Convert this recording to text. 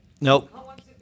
Nope